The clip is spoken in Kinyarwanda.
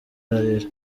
ararira